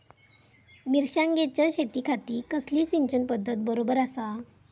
मिर्षागेंच्या शेतीखाती कसली सिंचन पध्दत बरोबर आसा?